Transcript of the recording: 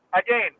Again